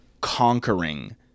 conquering